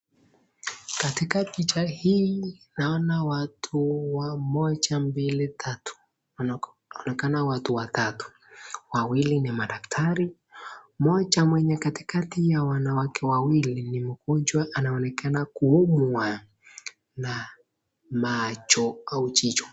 Katika picha hii naona watu wa moja mbili tatu wanaonekana watu watatu, wawili ni daktari, moja mwenye katikati ya wanawake wawili ni mgonjwa anaonekana kuumwa na macho au jicho.